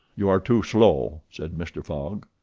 you are too slow, said mr. fogg.